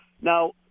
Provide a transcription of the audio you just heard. now